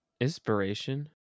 inspiration